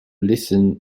listen